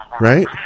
right